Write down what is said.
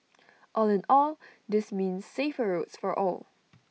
all in all this means safer roads for all